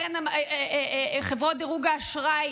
חברות דירוג האשראי